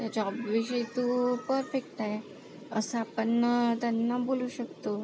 त्या जॉबविषयी तू परफेक्ट आहे असं आपण त्यांना बोलू शकतो